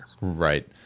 Right